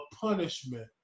punishment